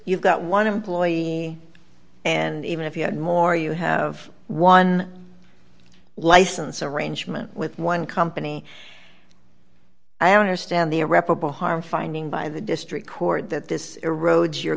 got one employee and even if you had more you have one license arrangement with one company i understand the irreparable harm finding by the district court that this erodes your